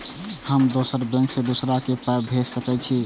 हम दोसर बैंक से दोसरा के पाय भेज सके छी?